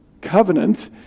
Covenant